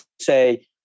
say